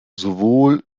sowohl